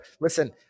listen